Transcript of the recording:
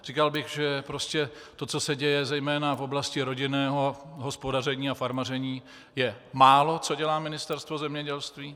Říkal bych, že prostě to, co se děje zejména v oblasti rodinného hospodaření a farmaření, je málo, co dělá Ministerstvo zemědělství.